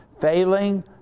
failing